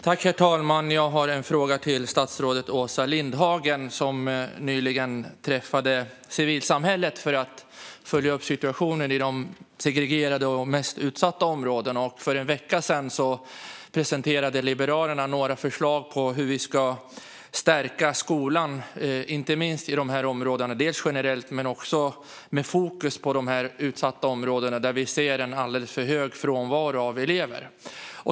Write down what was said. Herr talman! Jag har en fråga till statsrådet Åsa Lindhagen, som nyligen träffade civilsamhällets företrädare för att följa upp situationen i de segregerade och mest utsatta områdena. För en vecka sedan presenterade Liberalerna några förslag på hur vi ska stärka skolan, dels generellt, dels med fokus på de utsatta områdena, där vi ser en alldeles för hög frånvaro av elever.